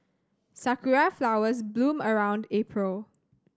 sakura flowers bloom around April